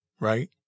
Right